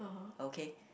okay